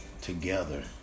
together